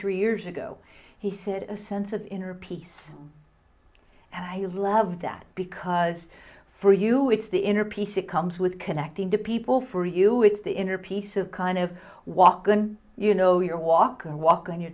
three years ago he said a sense of inner peace and i love that because for you it's the inner peace it comes with connecting to people for you it's the inner peace of kind of walkin you know your walk or walking your